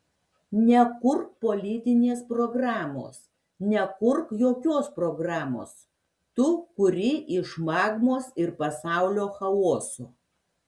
nekurk politinės programos nekurk jokios programos tu kuri iš magmos ir pasaulio chaoso